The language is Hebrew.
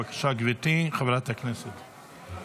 בבקשה, גברתי חברת הכנסת.